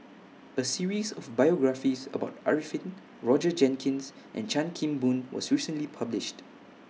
A series of biographies about Arifin Roger Jenkins and Chan Kim Boon was recently published